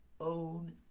own